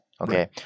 Okay